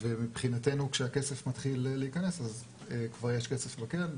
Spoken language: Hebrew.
המדינה ומבחינתנו כשהכסף מתחיל להיכנס אז כבר יש כסף לקרן,